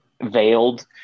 veiled